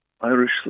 Irish